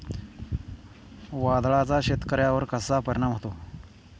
वादळाचा शेतकऱ्यांवर कसा परिणाम होतो?